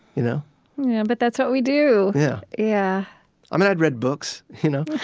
you know yeah but that's what we do yeah. yeah i mean, i've read books. you know